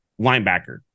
linebacker